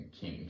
King